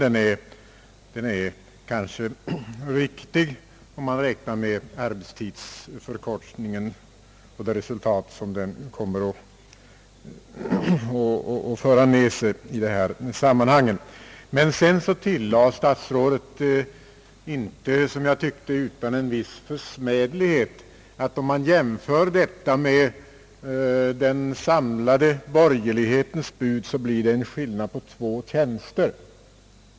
Den är kanske riktig om man räknar med vad = arbetstidsförkortningen kommer att innebära i detta sammanhang. Statsrådet tillade, som jag tyckte inte utan en viss försmädlighet, att om man jämför detta med den samlade borgerlighetens bud blir det en skillnad på två tjänster.